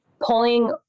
pulling